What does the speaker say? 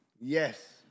Yes